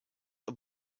are